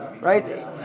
right